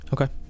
Okay